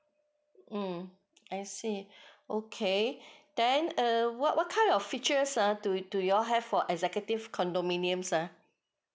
mm I see okay then err what what kind of features uh do do you all have for executive condominium ha